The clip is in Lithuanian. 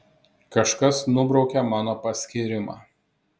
kažkas nubraukė mano paskyrimą